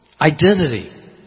identity